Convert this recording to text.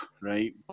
right